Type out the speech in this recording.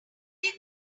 could